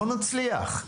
לא נצליח.